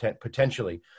potentially